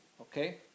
Okay